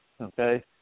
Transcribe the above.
okay